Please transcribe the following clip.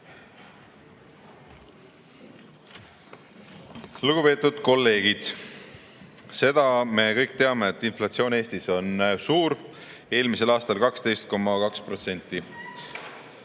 Lugupeetud kolleegid! Seda me kõik teame, et inflatsioon Eestis on suur, eelmisel aastal 12,2%.